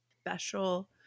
Special